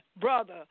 Brother